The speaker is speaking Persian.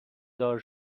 دار